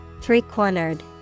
Three-cornered